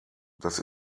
das